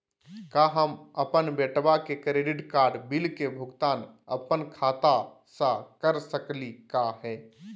का हम अपन बेटवा के क्रेडिट कार्ड बिल के भुगतान अपन खाता स कर सकली का हे?